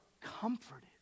comforted